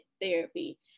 therapy